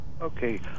Okay